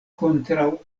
kontraŭ